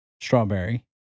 strawberry